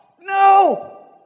No